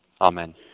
Amen